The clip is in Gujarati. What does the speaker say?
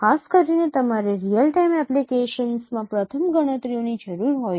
ખાસ કરીને તમારે રીઅલ ટાઇમ એપ્લિકેશનમાં પ્રથમ ગણતરીઓની જરૂર હોય છે